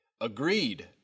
agreed